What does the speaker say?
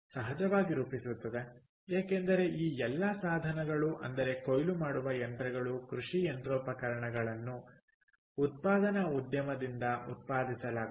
ಸಹಜವಾಗಿ ರೂಪಿಸುತ್ತದೆ ಏಕೆಂದರೆ ಈ ಎಲ್ಲಾ ಸಾಧನಗಳು ಅಂದರೆ ಕೊಯ್ಲು ಮಾಡುವ ಯಂತ್ರಗಳು ಕೃಷಿ ಯಂತ್ರೋಪಕರಣಗಳನ್ನು ಉತ್ಪಾದನಾ ಉದ್ಯಮದಿಂದ ಉತ್ಪಾದಿಸಲಾಗುತ್ತದೆ